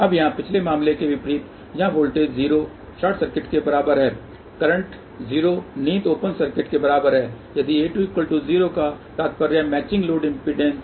अब यहां पिछले मामले के विपरीत जहां वोल्टेज जीरो शॉर्ट सर्किट के बराबर है करंट जीरो निहित ओपन सर्किट के बराबर है यहाँ a20 का तात्पर्य मैचिंग लोड समाप्ति से है